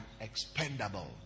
expendable